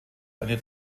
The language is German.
eine